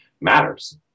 matters